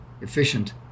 efficient